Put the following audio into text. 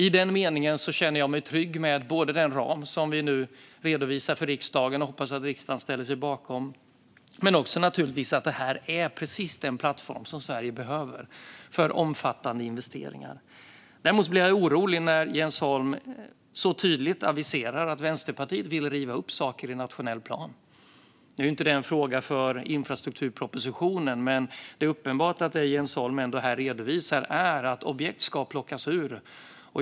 I den meningen känner jag mig trygg både med den ram som vi nu redovisar för riksdagen och hoppas att riksdagen ställer sig bakom och naturligtvis också med att det här är precis den plattform som Sverige behöver för omfattande investeringar. Däremot blir jag orolig när Jens Holm så tydligt aviserar att Vänsterpartiet vill riva upp saker i nationell plan. Nu är ju inte detta en fråga för infrastrukturpropositionen, men det är uppenbart att det Jens Holm ändå redovisar här är att objekt ska plockas ur.